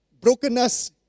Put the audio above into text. brokenness